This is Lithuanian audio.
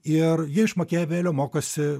ir jie iš makiavelio mokosi